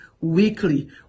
weekly